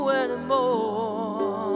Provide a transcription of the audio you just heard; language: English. anymore